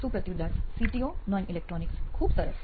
સુપ્રતિવ Das CTO નોઇન electronics ખૂબ સરસ